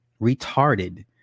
retarded